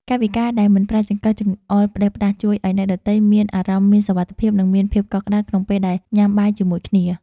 កាយវិការដែលមិនប្រើចង្កឹះចង្អុលផ្តេសផ្តាសជួយឱ្យអ្នកដទៃមានអារម្មណ៍មានសុវត្ថិភាពនិងមានភាពកក់ក្តៅក្នុងពេលដែលញ៉ាំបាយជាមួយគ្នា។